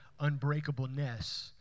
unbreakableness